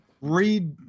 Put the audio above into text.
Read